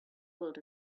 built